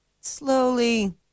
slowly